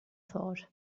thought